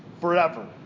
forever